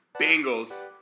Bengals